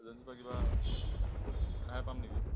এজেঞ্চিৰ পৰা কিবা ৰেহাই পাম নেকি